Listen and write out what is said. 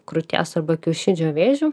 krūties arba kiaušidžių vėžiu